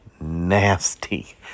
nasty